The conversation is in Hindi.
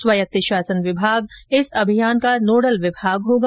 स्वायत्त शासन विभाग इस जागरूकता अभियान का नोडल विभाग होगा